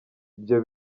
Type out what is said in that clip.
ibyo